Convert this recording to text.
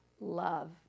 love